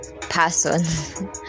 person